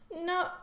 No